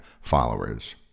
followers